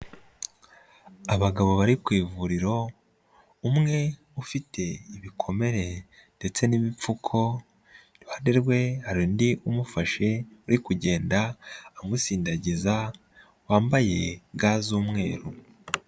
Abagabo bari ku ivuriro umwe ufite ibikomere ndetse n'ibipfuko iruhande rwe hari undi umufashe uri kugenda amusindagiza wambaye ga z'umweru.